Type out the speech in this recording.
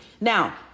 now